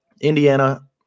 Indiana